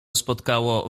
spotkało